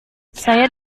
saya